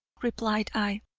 replied i,